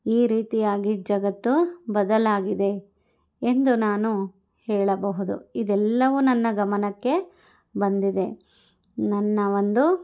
ಈ ರೀತಿಯಾಗಿ ಜಗತ್ತು ಬದಲಾಗಿದೆ ಎಂದು ನಾನು ಹೇಳಬಹುದು ಇದೆಲ್ಲವು ನನ್ನ ಗಮನಕ್ಕೆ ಬಂದಿದೆ ನನ್ನ ಒಂದು